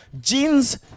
jeans